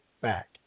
back